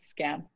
scam